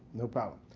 no problem.